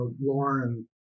Lauren